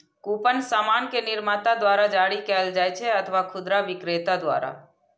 coupon सामान के निर्माता द्वारा जारी कैल जाइ छै अथवा खुदरा बिक्रेता द्वारा